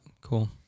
Cool